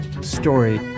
story